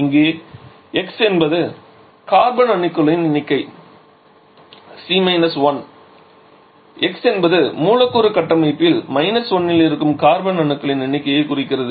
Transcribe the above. இங்கே x என்பது carbon அணுக்களின் எண்ணிக்கை C 1 x என்பது மூலக்கூறு கட்டமைப்பில் 1 இல் இருக்கும் கார்பன் அணுக்களின் எண்ணிக்கையைக் குறிக்கிறது